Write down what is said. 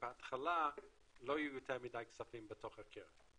שבהתחלה לא יהיו יותר מדי כספים בתוך הקרן